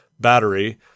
battery